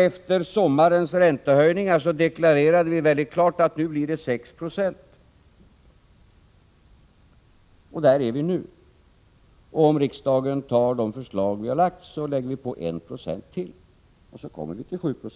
Efter sommarens räntehöjning deklarerade vi klart att inflationen skulle bli 6 90. Där är vi nu, och om riksdagen antar det förslag vi har lagt fram läggs det på 19 till, och så kommer vi upp till 7 9o.